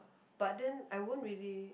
but then I won't really